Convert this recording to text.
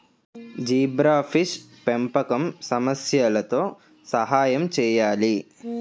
Zebrafish పెంపకం సమస్యలతో సహాయం చేయాలా?